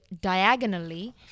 Diagonally